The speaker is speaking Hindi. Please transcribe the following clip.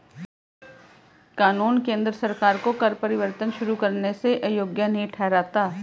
कानून केंद्र सरकार को कर परिवर्तन शुरू करने से अयोग्य नहीं ठहराता है